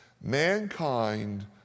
mankind